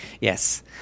Yes